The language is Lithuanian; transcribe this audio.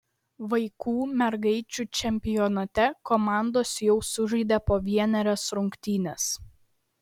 vaikų mergaičių čempionate komandos jau sužaidė po vienerias rungtynes